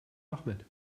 ahmed